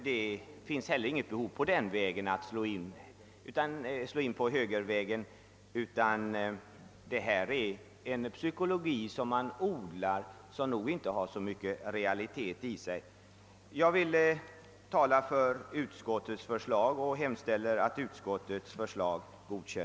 Det finns inte heller i det här fallet någon anledning att slå in på högervägen, ty den psykologi man odlar på den kanten torde inte vara särskilt realistisk. Jag yrkar, herr talman, bifall till utskottets hemställan.